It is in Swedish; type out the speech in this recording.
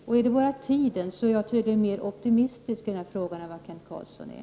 Gäller det bara tiden, är jag tydligen mera optimistisk i denna fråga än vad Kent Carlsson är.